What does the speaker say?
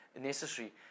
necessary